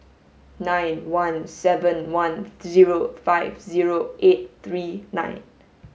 nine one seven one zero five zero eight three nine